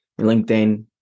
LinkedIn